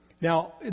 Now